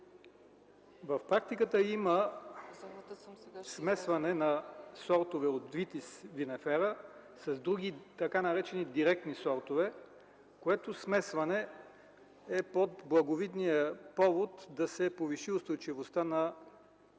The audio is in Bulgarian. В практиката има смесване на сортове от Vitis vinifera с други така наречени директни сортове, което смесване е под благовидния повод да се повиши устойчивостта на самите